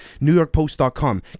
NewYorkPost.com